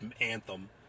anthem